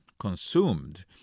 consumed